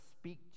speak